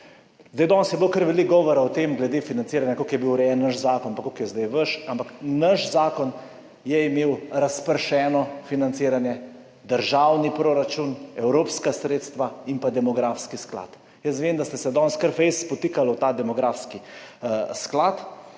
Danes je bilo kar veliko govora o tem glede financiranja koliko je bil urejen naš zakon pa koliko je zdaj vaš, ampak naš zakon je imel razpršeno financiranje, državni proračun, evropska sredstva in pa demografski sklad. Jaz vem, da ste se danes kar fejst spotikala v ta demografski sklad.